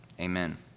Amen